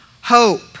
hope